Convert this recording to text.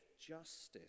justice